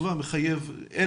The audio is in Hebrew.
מחייב.